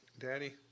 Daddy